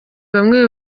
bamwe